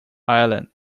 ireland